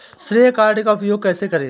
श्रेय कार्ड का उपयोग कैसे करें?